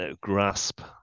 grasp